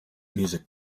music